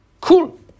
Cool